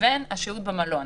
לבין השהות במלון.